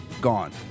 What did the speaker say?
gone